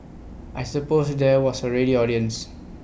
I suppose there was A ready audience